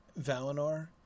Valinor